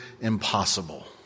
impossible